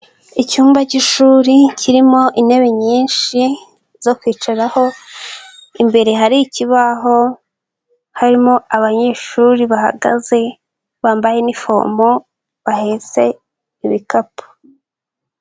Icyumba k'ishuri kirimo intebe nyinshi zo kwicaraho, imbere hari ikibaho harimo abanyeshuri bahagaze bambaye uniform bahetse ibikapu.